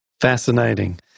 Fascinating